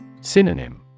Synonym